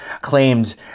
claimed